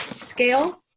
scale